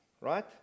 right